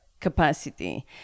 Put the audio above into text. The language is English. capacity